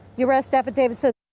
the arrest affidavit said.